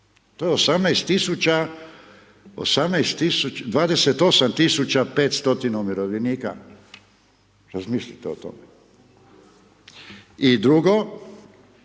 18000, 28500 umirovljenika, razmislite o tome. I drugo,